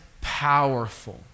powerful